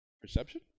Perception